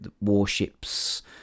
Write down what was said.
warships